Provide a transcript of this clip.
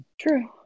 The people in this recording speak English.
True